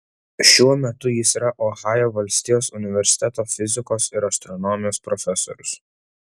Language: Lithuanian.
šiuo metu jis yra ohajo valstijos universiteto fizikos ir astronomijos profesorius